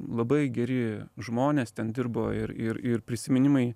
labai geri žmonės ten dirbo ir ir ir prisiminimai